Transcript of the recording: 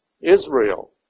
Israel